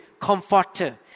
comforter